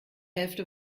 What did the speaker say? hälfte